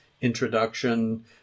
introduction